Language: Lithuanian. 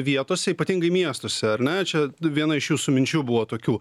vietose ypatingai miestuose ar ne čia viena iš jūsų minčių buvo tokių